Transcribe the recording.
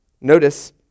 Notice